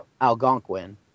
Algonquin